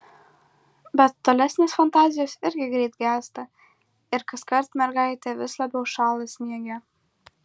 bet tolesnės fantazijos irgi greit gęsta ir kaskart mergaitė vis labiau šąla sniege